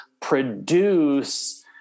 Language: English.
produce